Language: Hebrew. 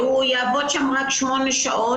הוא יעבוד שם רק 8 שעות.